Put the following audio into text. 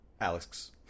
Alex